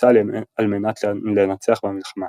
נחוצה על מנת לנצח במלחמה.